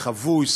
חבוי,